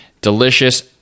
Delicious